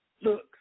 look